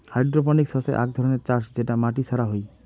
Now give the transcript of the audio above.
hydroponics হসে আক ধরণের চাষ যেটা মাটি ছাড়া হই